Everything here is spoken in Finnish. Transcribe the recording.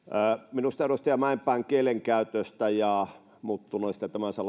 minusta edustaja mäenpään kielenkäytöstä ja tämän